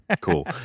Cool